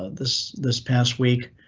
ah this this past week.